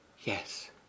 Yes